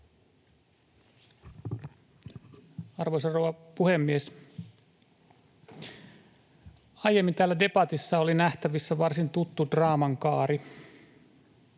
Arvoisa rouva puhemies! Aiemmin täällä debatissa oli nähtävissä varsin tuttu draaman kaari.